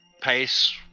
pace